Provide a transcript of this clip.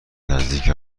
نزدیک